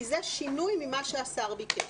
כי זה שינוי ממה שהשר ביקש.